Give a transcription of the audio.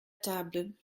table